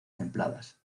templadas